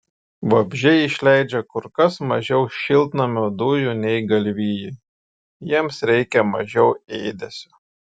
vabzdžiai išleidžia kur kas mažiau šiltnamio dujų nei galvijai jiems reikia mažiau ėdesio